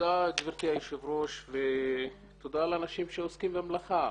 תודה גבירתי יושבת הראש ותודה לאנשים שעוסקים במלאכה.